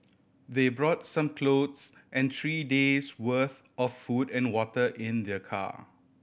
they brought some clothes and three days' worth of food and water in their car